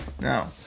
now